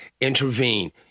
intervene